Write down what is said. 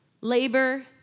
labor